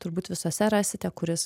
turbūt visose rasite kuris